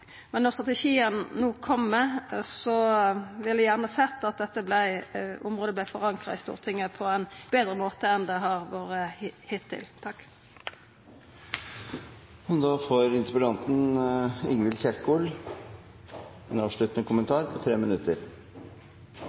Men når strategien no kjem, ville eg gjerne sett at dette området vart forankra i Stortinget på ein betre måte enn det har vore hittil.